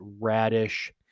radish